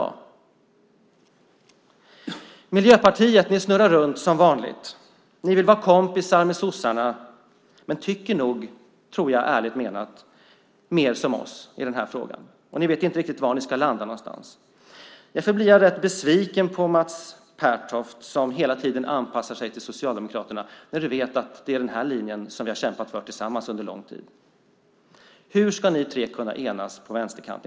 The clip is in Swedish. Ni i Miljöpartiet snurrar runt som vanligt. Ni vill vara kompisar med sossarna men tycker nog ärligt talat mer som vi i den här frågan. Ni vet inte riktigt var ni ska landa någonstans. Därför blir jag rätt besviken på Mats Pertoft, som hela tiden anpassar sig till Socialdemokraterna när han vet att det är den här linjen som vi tillsammans har kämpat för under lång tid. Hur ska ni tre kunna enas på vänsterkanten?